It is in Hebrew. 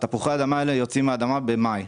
תפוחי האדמה האלה יוצאים מהאדמה במאי.